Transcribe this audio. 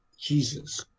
Jesus